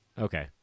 Okay